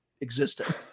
existed